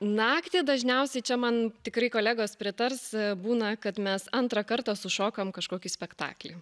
naktį dažniausiai čia man tikrai kolegos pritars būna kad mes antrą kartą sušokam kažkokį spektaklį